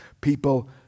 people